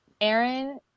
Aaron